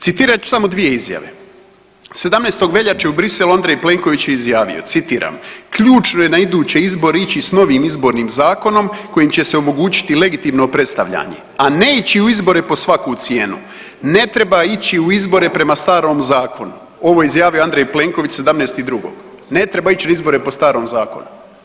Citirat ću samo dvije izjave, 17. veljače u Briselu Andrej Plenković je izjavio, citiram, ključno je na iduće izbore ići s novim Izbornim zakonom kojim će se omogućiti legitimno predstavljanje, a ne ići u izbore pod svaku cijenu, ne treba ići u izbore prema starom zakonu, ovo je izjavio Andrej Plenković 17.2., ne treba ić na izbore po starom zakonu.